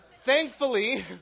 thankfully